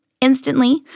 Instantly